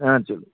ஆ சொல்லுங்க